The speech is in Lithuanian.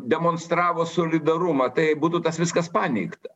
demonstravo solidarumą tai būtų tas viskas paneigta